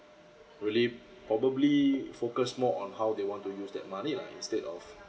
really probably focus more on how they want to use that money lah instead of